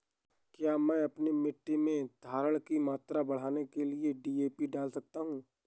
क्या मैं अपनी मिट्टी में धारण की मात्रा बढ़ाने के लिए डी.ए.पी डाल सकता हूँ?